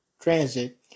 transit